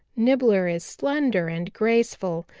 nibbler is slender and graceful,